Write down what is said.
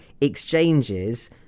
exchanges